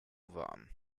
warm